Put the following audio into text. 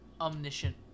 omniscient